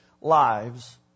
lives